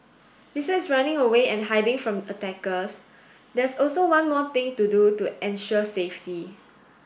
besides running away and hiding from attackers there's also one more thing to do to ensure safety